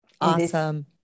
Awesome